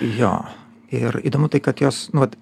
jo ir įdomu tai kad jos nu vat